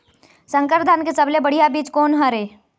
संकर धान के सबले बढ़िया बीज कोन हर ये?